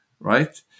right